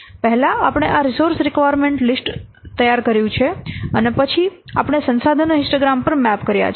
પહેલા આપણે આ રિસોર્સ રીકવાયર્મેન્ટ લિસ્ટ સૂચિ તૈયાર કર્યું છે અને પછી આપણે સંસાધનો હિસ્ટોગ્રામ પર મેપ કર્યા છે